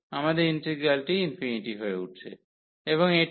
আমাদের ইন্টিগ্রালটি ∞ হয়ে উঠছে এবং এটি ∞∞